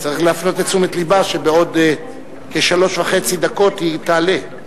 צריך להפנות את תשומת לבה שבעוד כשלוש דקות וחצי היא תעלה,